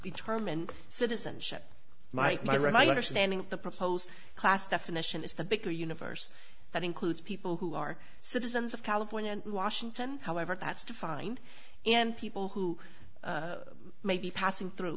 determined citizenship might my right i understanding the proposed class definition is the bigger universe that includes people who are citizens of california and washington however that's defined and people who may be passing through